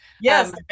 Yes